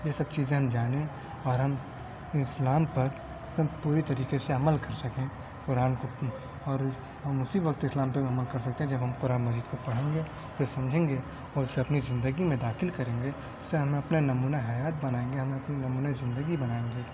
یہ سب چیزیں ہم جانیں اور ہم اسلام پر پورے طریقے سے عمل کر سکیں قرآن کو اور ہم اسی وقت اسلام پہ عمل کر سکتے ہیں جب ہم قرآن مجید کو پڑھیں گے پھر اسے سمجھیں گے اور اسے اپنی زندگی میں داخل کریں گے اسے ہم اپنا نمونۂ حیات بنائیں گے ہم اپنی نمونۂ زندگی بنائیں گے